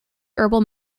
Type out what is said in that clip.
herbal